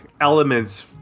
elements